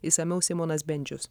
išsamiau simonas bendžius